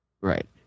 Right